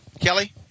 Kelly